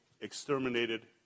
exterminated